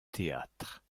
théâtre